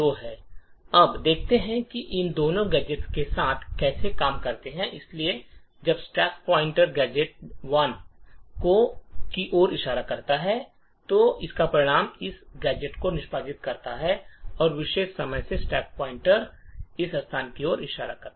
अब देखते हैं कि ये दोनों गैजेट्स एक साथ कैसे काम करते हैं इसलिए जब स्टैक पॉइंटर गैजेट एड्रेस 1 की ओर इशारा कर रहा है तो इसका परिणाम इस गैजेट को निष्पादित करना होगा और इस विशेष समय में स्टैक पॉइंटर इस स्थान की ओर इशारा करता है